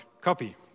copy